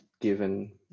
given